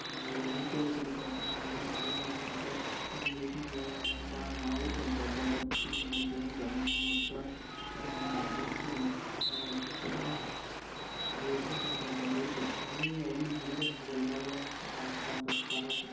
ಎಲ್ಲಿ ಉಂಚಳ್ಳಿ ಜಲಪಾತ ಮಾಗಿನಾಗಿನ ಅಂತ ಏನ್ಪಾ ಮಾಗೂಡು ಜಲಪಾತ ಅಂತ ಮತ್ತು ಬೆಡ್ತಿ ಮತ್ತು ಲೂಸಿಂಗ್ಟನ್ ಜಲಪಾತ ಹೀಗೆ ಎಲ್ಲ ಎಲ್ಲಿ ನೋಡಿದರೂ ಜಲಪಾತಗಳ ಕಾಣ್ ಕಾಣ್ತಾವು ಕಾರ್ವಾರ ಕಡೆ